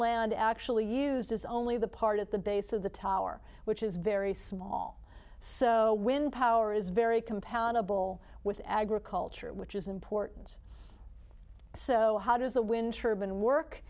land actually used is only the part at the base of the tower which is very small so when power is very compatible with agriculture which is important so how does the wind turbine work